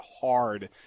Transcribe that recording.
hard